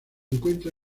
encuentra